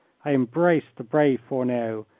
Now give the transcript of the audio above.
i embraced the brave fourneau,